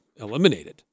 eliminated